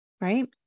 right